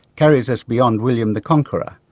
carries us beyond william the conqueror.